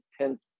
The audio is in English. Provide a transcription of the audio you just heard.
tenth